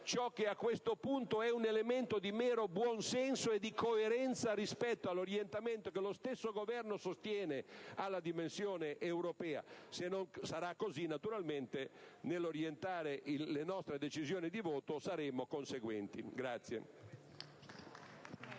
ciò che a questo punto è un elemento di mero buon senso e di coerenza rispetto all'orientamento che lo stesso Governo sostiene alla dimensione europea. Se non sarà così, naturalmente, nell'orientare le nostre decisioni di voto, saremo conseguenti.